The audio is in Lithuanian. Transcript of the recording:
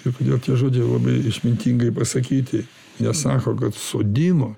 ir kodėl tie žodžiai labai išmintingai pasakyti nesako kad sodino